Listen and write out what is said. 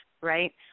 Right